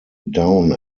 down